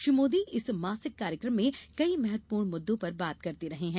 श्री मोदी इस मासिक कार्यक्रम में कई महत्वपूर्ण मुद्दों पर बात करते रहे हैं